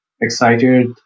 excited